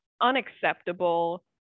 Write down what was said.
unacceptable